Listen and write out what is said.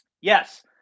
Yes